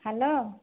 hello